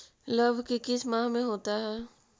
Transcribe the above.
लव की किस माह में होता है?